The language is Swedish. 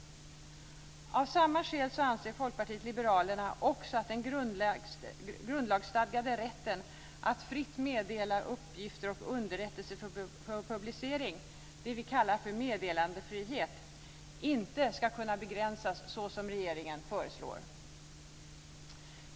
Av samma skäl anser Folkpartiet liberalerna att den grundlagsstadgade rätten att fritt meddela uppgifter och underrättelser för publiceringar, det som vi kallar meddelarfrihet, inte ska kunna begränsas såsom regeringen föreslår.